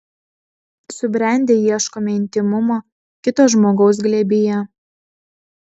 subrendę ieškome intymumo kito žmogaus glėbyje